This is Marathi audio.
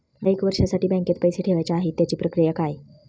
मला एक वर्षासाठी बँकेत पैसे ठेवायचे आहेत त्याची प्रक्रिया काय?